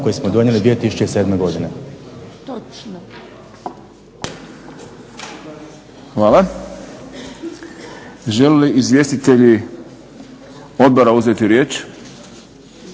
koje smo donijeli 2007. godine. **Šprem, Boris (SDP)** Hvala. Žele li izvjestitelji Odbora uzeti riječ?